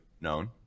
known